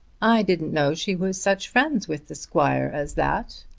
i didn't know she was such friends with the squire as that.